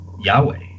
Yahweh